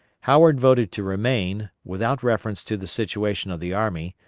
howard voted to remain, without reference to the situation of the army,